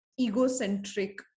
egocentric